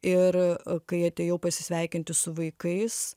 ir kai atėjau pasisveikinti su vaikais